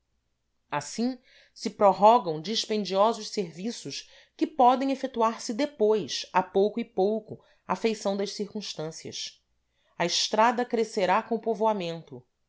assim se prorrogam dispendiosos serviços que podem efetuar se depois a pouco e pouco à feição das circunstâncias a estrada crescerá com o povoamento